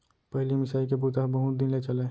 पहिली मिसाई के बूता ह बहुत दिन ले चलय